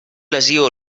lesió